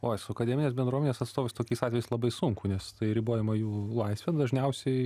oi su akademinės bendruomenės atstovais tokiais atvejais labai sunku nes tai ribojama jų laisvė dažniausiai